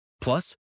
Plus